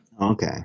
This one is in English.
okay